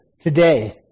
today